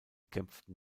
kämpften